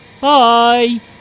Bye